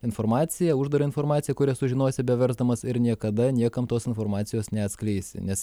informaciją uždarą informaciją kurią sužinosi beversdamas ir niekada niekam tos informacijos neatskleisi nes